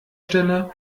stelle